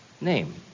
name